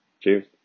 Cheers